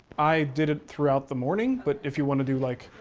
i did it throughout the morning, but if you want to do like,